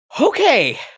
Okay